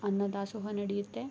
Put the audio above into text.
ಅನ್ನದಾಸೋಹ ನಡೆಯುತ್ತೆ